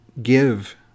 give